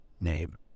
name